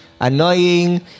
annoying